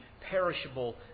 perishable